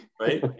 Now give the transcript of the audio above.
right